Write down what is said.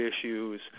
issues